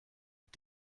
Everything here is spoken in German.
mit